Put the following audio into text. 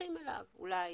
הולכים אליו או אולי